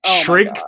shrink